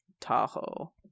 Tahoe